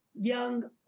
young